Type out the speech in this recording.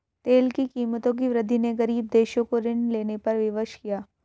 तेल की कीमतों की वृद्धि ने गरीब देशों को ऋण लेने पर विवश किया